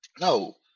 No